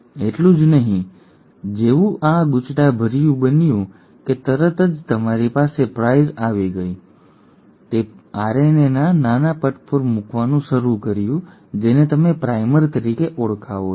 એટલું જ નહીં જેવું આ ગૂંચવાડાભર્યું બન્યું કે તરત જ તમારી પાસે પ્રાઈસ આવી ગઈ તે આરએનએના નાના પટ મૂકવાનું શરૂ કર્યું જેને તમે પ્રાઇમર તરીકે ઓળખાવો છો